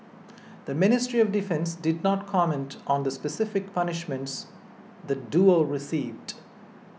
the Ministry of Defence did not comment on the specific punishments the duo received